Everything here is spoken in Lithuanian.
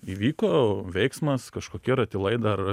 įvyko veiksmas kažkokie ratilai dar